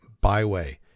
Byway